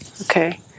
Okay